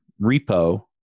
repo